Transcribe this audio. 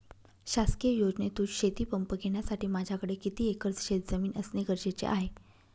शासकीय योजनेतून शेतीपंप घेण्यासाठी माझ्याकडे किती एकर शेतजमीन असणे गरजेचे आहे?